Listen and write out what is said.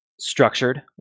structured